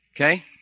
Okay